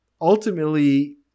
ultimately